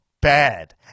bad